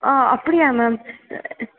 ஆ அப்படியா மேம்